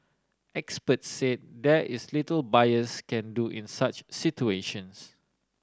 experts say there is little buyers can do in such situations